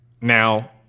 Now